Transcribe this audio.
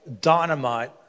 dynamite